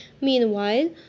Meanwhile